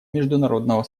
международного